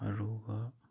ꯑꯔꯨꯕ